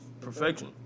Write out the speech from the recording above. perfection